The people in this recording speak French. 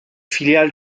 filiale